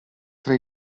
tra